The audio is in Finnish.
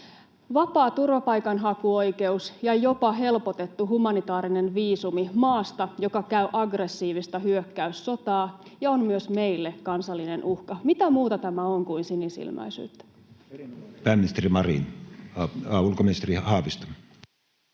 Vapaa turvapaikanhakuoikeus ja jopa helpotettu humanitaarinen viisumi maasta, joka käy aggressiivista hyökkäyssotaa ja on myös meille kansallinen uhka — mitä muuta tämä on kuin sinisilmäisyyttä? Ulkoministeri Haavisto.